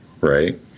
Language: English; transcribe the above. right